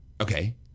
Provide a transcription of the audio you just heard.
Okay